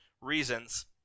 reasons